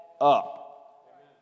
up